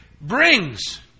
brings